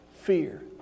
Fear